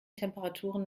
temperaturen